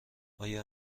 آیا